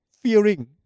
fearing